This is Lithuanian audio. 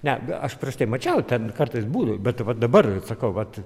ne aš prieš mačiau ten kartais būna bet va dabar sakau vat